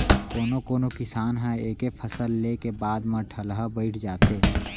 कोनो कोनो किसान ह एके फसल ले के बाद म ठलहा बइठ जाथे